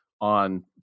on